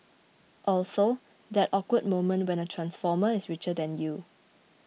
also that awkward moment when a transformer is richer than you